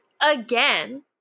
again